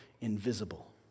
invisible